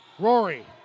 Rory